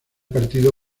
partido